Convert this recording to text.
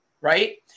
right